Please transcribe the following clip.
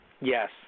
Yes